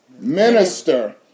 Minister